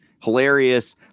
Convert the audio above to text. Hilarious